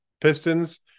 Pistons